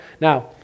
Now